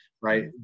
right